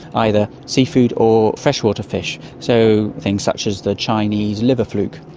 either seafood or freshwater fish, so things such as the chinese liver fluke.